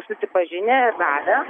susipažinę ir davę